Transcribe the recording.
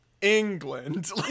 England